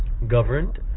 governed